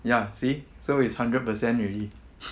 ya see so is hundred percent already